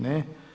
Ne.